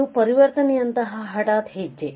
ಇದು ಪರಿವರ್ತನೆಯಂತಹ ಹಠಾತ್ ಹೆಜ್ಜೆ